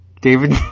David